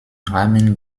rahmen